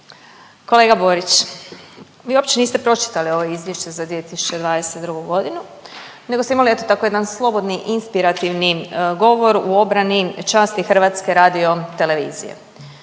Kolega Borić, vi uopće niste pročitali ovo izvješće za 2022. godinu nego ste imali eto tako jedan slobodni inspirativni govor u obrani časti HRT-a. Prvo ja